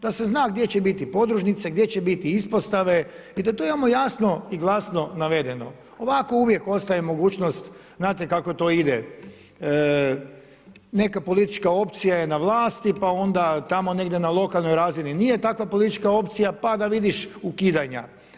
Da se zna gdje će biti podružnice, gdje će biti ispostave, da to imamo jasno i glasno navedeno, ovako uvijek ostaje mogućnost, znate kako to ide, neka politička opcija je na vlasti, pa onda tamo negdje na lokalnoj razini nije takva politička opcija, pa da vidiš ukidanja.